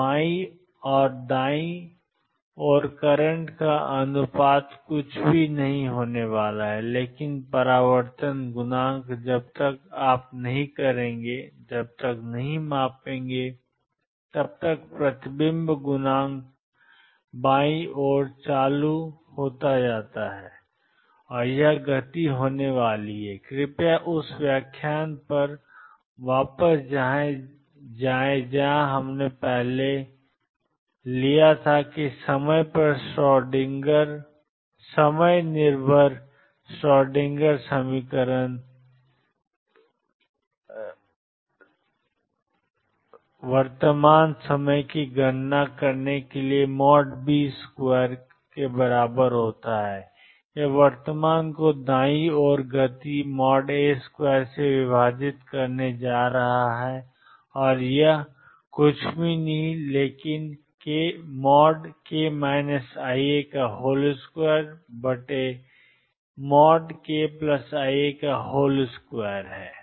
तो बाईं ओर से दाईं ओर करंट का अनुपात कुछ भी नहीं होने वाला है लेकिन परावर्तन गुणांक जब तक आप नहीं करेंगे तब तक प्रतिबिंब गुणांक बाईं ओर चालू होता है यह गति होने वाली है कृपया उस व्याख्यान पर वापस जाएं जहां हमने लिया था समय पर निर्भर श्रोडिंगर समीकरण वर्तमान समय की गणना करने के लिए B2वर्तमान को दाईं ओर गति A2 से विभाजित करने जा रहा है और यह कुछ भी नहीं होने वाला है लेकिन k iα2kiα2जो कुछ भी नहीं है लेकिन 1 है